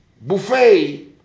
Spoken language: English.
buffet